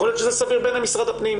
יכול להיות שזה סביר בעיני משרד הפנים.